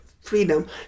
freedom